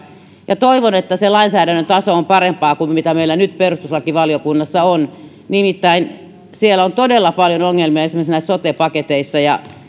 ja toivon että sen lainsäädännön taso on parempaa kuin mitä meillä nyt perustuslakivaliokunnassa on nimittäin siellä on todella paljon ongelmia esimerkiksi näissä sote paketeissa ja